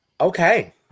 Okay